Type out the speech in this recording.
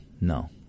no